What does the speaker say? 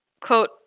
quote